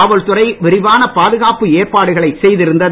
காவல்துறை விரிவான பாதுகாப்பு ஏற்பாடுகளை செய்திருந்தது